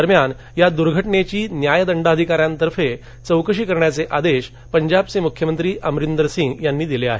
दरम्यान या दुर्घटनेची न्यायदंडाधिकाऱ्यांतर्फे चौकशीचे आदेश मुख्यमंत्री अमरिंदर सिंग यांनी दिले आहेत